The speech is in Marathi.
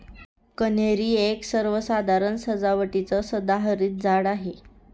कन्हेरी एक सर्वसाधारण सजावटीचं सदाहरित झाड आहे